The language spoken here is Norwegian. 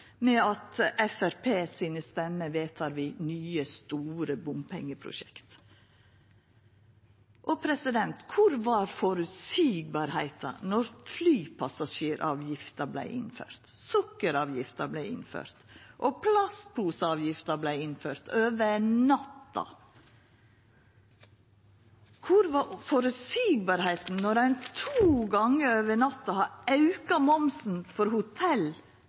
med at dei med Framstegspartiet sine stemmer vedtek nye, store bompengeprosjekt? Kva var føreseieleg då flypassasjeravgifta vart innført, då sukkeravgifta vart innført, eller då plastposeavgifta vart innført over natta? Kva var føreseieleg då ein to gonger over natta auka momsen for hotell